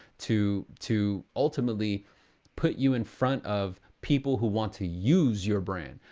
to to ultimately put you in front of people who want to use your brand.